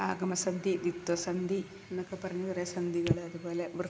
ആഗമസന്ധി ദ്വിത്വസന്ധി എന്നൊക്കെ പറഞ്ഞ് കുറേ സന്ധികള് അതുപോലെ വൃത്തം